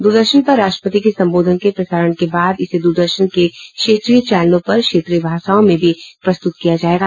दूरदर्शन पर राष्ट्रपति के संबोधन के प्रसारण के बाद इसे द्रदर्शन के क्षेत्रीय चैनलों पर क्षेत्रीय भाषाओं में भी प्रस्तुत किया जाएगा